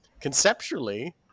conceptually